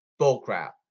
Bullcrap